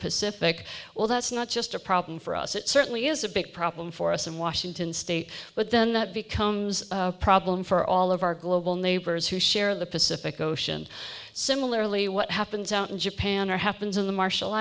pacific well that's not just a problem for us it certainly is a big problem for us in washington state but then that becomes a problem for all of our global neighbors who share the pacific ocean similarly what happens out in japan or happens in the mar